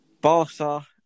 Barca